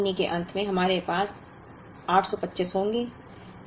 इसलिए 1 महीने के अंत में हमारे पास 825 होंगे